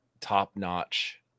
top-notch